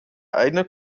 eigene